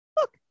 Look